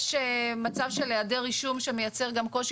יש מצב של היעדר רישום שמייצר גם קושי